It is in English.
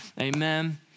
Amen